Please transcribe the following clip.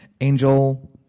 Angel